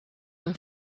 een